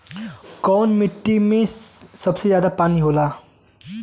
कौन मिट्टी मे सबसे ज्यादा पानी होला?